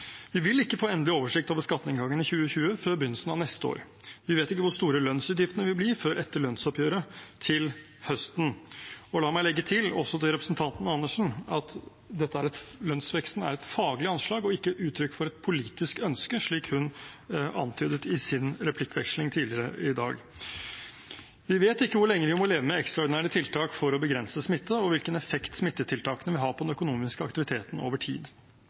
Vi vil ikke få endelig oversikt over skatteinngangen i 2020 før begynnelsen av neste år. Vi vet ikke hvor store lønnsutgiftene vil bli før etter lønnsoppgjøret til høsten. Og la meg legge til, også til representanten Andersen, at lønnsveksten er et faglig anslag og ikke et uttrykk for et politisk ønske, slik hun antydet i sin replikkveksling tidligere i dag. Vi vet ikke hvor lenge vi må leve med ekstraordinære tiltak for å begrense smitte, eller hvilken effekt smittetiltakene vil ha på den økonomiske aktiviteten over tid.